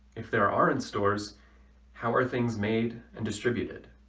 if there aren't stores how are things made and distributed?